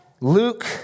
Luke